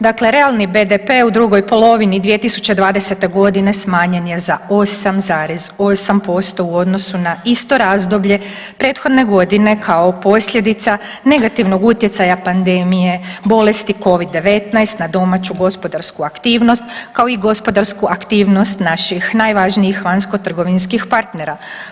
Dakle realni BDP u drugoj polovini 2020. g. smanjen je za 8,8% u odnosu na isto razdoblje prethodne godine kao posljedica negativnog utjecaja pandemije, bolesti Covid-19 na domaću gospodarsku aktivnost, kao i gospodarsku aktivnost naših najvažnijih vanjsko-trgovinskih partnera.